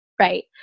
right